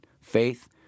faith